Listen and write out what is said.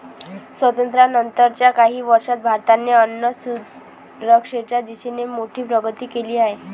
स्वातंत्र्यानंतर च्या काही वर्षांत भारताने अन्नसुरक्षेच्या दिशेने मोठी प्रगती केली आहे